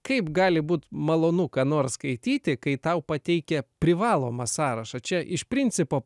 kaip gali būt malonu ką nors skaityti kai tau pateikia privalomą sąrašą čia iš principo